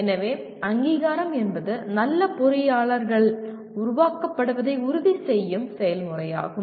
எனவே அங்கீகாரம் என்பது நல்ல பொறியாளர்கள் உருவாக்கப்படுவதை உறுதி செய்யும் செயல்முறையாகும்